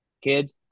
Kids